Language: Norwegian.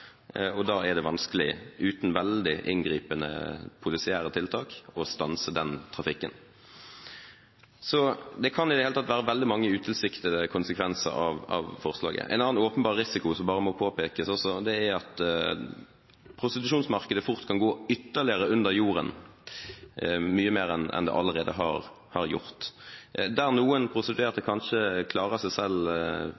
og da er det vanskelig uten veldig inngripende polisiære tiltak å stanse den trafikken. Det kan i det hele tatt være veldig mange utilsiktede konsekvenser av forslaget. En annen åpenbar risiko som bare må påpekes også, er at prostitusjonsmarkedet fort kan gå ytterligere under jorden, mye mer enn det allerede har gjort. Der noen prostituerte